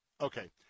Okay